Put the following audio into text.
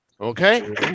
Okay